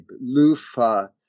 lufa